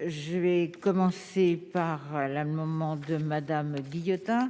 je vais commencer par l'amendement de Madame. Guyotat